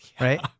right